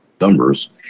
numbers